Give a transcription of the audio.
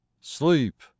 Sleep